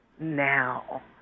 now